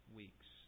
weeks